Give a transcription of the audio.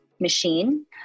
machine